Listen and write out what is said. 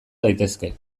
daitezke